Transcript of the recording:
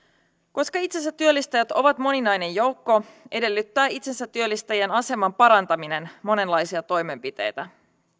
koska itsensätyöllistäjät ovat moninainen joukko edellyttää itsensätyöllistäjän aseman parantaminen monenlaisia toimenpiteitä